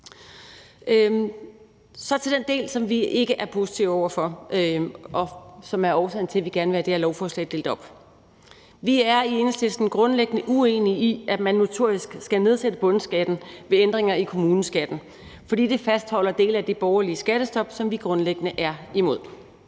af lovforslaget, som vi ikke er positive over for, og som er årsagen til, at vi gerne vil have det delt op. Vi er i Enhedslisten grundlæggende uenige i, at man notorisk skal nedsætte bundskatten ved ændringer i kommuneskatten, fordi det fastholder dele af det borgerlige skattestop, som vi grundlæggende er imod.